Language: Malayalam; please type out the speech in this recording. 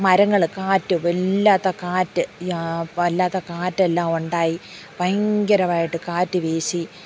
മരങ്ങൾ കാറ്റ് വല്ലാത്ത കാറ്റ് വല്ലാത്ത കാറ്റെല്ലാം ഉണ്ടായി ഭയങ്കരമായിട്ട് കാറ്റ് വീശി